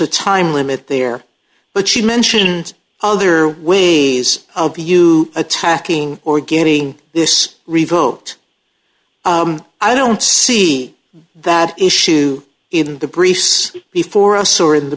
a time limit there but she mentioned other ways of the you attacking or getting this revoked i don't see that issue in the briefs before us or in the